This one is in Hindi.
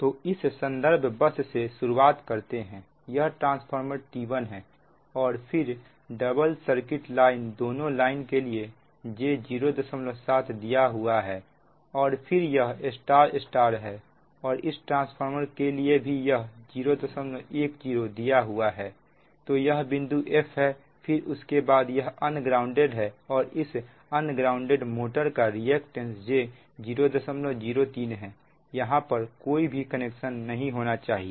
तो इस संदर्भ बस से शुरुआत करते हैं यह ट्रांसफार्मर T1 है और फिर डबल सर्किट लाइन दोनों लाइन के लिए j07 दिया हुआ है और फिर यह Y Y है और इस ट्रांसफार्मर के लिए भी यह 010 दिया हुआ है तो यह बिंदु f है फिर उसके बाद यह अनग्राउंडेड है और इस अनग्राउंडेड मोटर का रिएक्टेंस j003 है यहां पर कोई भी कनेक्शन नहीं होना चाहिए